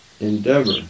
endeavor